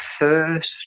first